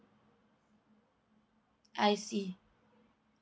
I see